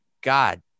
God